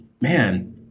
man